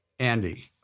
Andy